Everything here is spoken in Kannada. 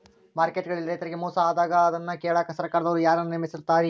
ಮಾರ್ಕೆಟ್ ಗಳಲ್ಲಿ ರೈತರಿಗೆ ಮೋಸ ಆದಾಗ ಅದನ್ನ ಕೇಳಾಕ್ ಸರಕಾರದವರು ಯಾರನ್ನಾ ನೇಮಿಸಿರ್ತಾರಿ?